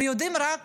ויודעים רק